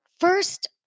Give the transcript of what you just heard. first